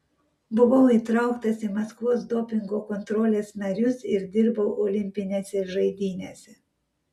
buvau įtrauktas į maskvos dopingo kontrolės narius ir dirbau olimpinėse žaidynėse